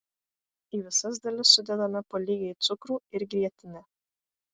į visas dalis sudedame po lygiai cukrų ir grietinę